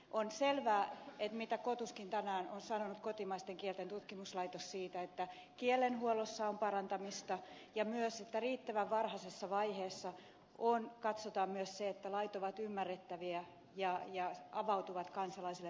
on selvää mitä kotuskin kotimaisten kielen tutkimuskeskus tänään on sanonut siitä että kielenhuollossa on parantamista ja että myös riittävän varhaisessa vaiheessa katsotaan se että lait ovat ymmärrettäviä ja avautuvat kansalaisille riittävällä tavalla